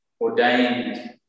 ordained